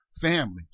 family